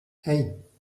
hey